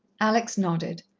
alex nodded.